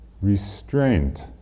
Restraint